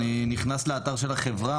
אני נכנס לאתר של החברה.